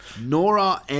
Nora